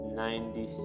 ninety